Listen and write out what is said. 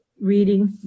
reading